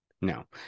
No